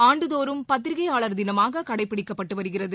ஆண்டுதோறும் பத்திரிகையாளர் தினமாக கடைபிடிக்கப்பட்டு வருகிறது